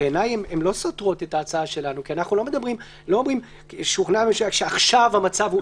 הן לא סותרות את ההצעה שלנו כי אנחנו לא אומרים "עכשיו המצב הוא מצוין".